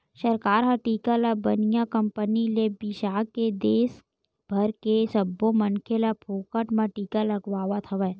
सरकार ह टीका ल बनइया कंपनी ले बिसाके के देस भर के सब्बो मनखे ल फोकट म टीका लगवावत हवय